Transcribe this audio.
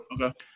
Okay